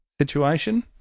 situation